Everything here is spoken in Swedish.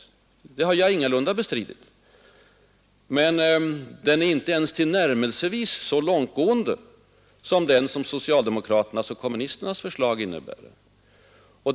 Det har jag ingalunda bestridit, men den är inte tillnärmelsevis så långtgående som den reducering socialdemokraternas och kommunisternas förslag medför.